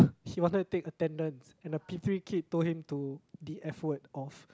he wanted to take attendance and the P-three kid told him to the F word off